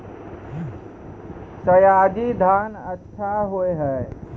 सयाजी धान अच्छा होय छै?